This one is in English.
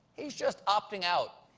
he's just opting out.